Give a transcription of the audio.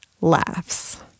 laughs